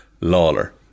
Lawler